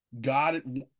God